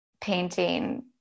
painting